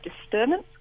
disturbance